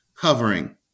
covering